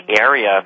area